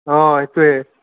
অঁ এইটোৱে